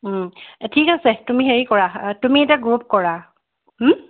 ঠিক আছে তুমি হেৰি কৰা তুমি এটা গ্ৰুপ কৰা হু